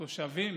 התושבים